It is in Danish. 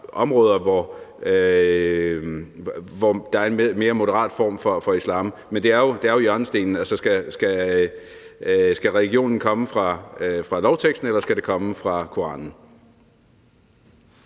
verden, hvor der er en mere moderat form for islam. Men det er jo hjørnestenen, om religionen skal komme fra lovteksten eller fra koranen.